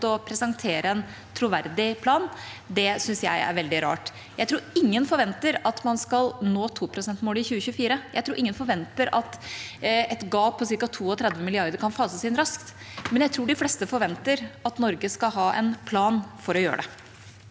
å presentere en troverdig plan, syns jeg er veldig rart. Jeg tror ingen forventer at man skal nå 2-prosentmålet i 2024. Jeg tror ingen forventer at et gap på ca. 32 mrd. kr kan fases inn raskt. Men jeg tror de fleste forventer at Norge skal ha en plan for å gjøre det.